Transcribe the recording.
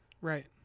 right